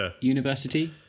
University